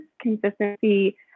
consistency